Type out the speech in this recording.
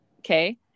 Okay